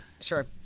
Sure